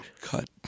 Cut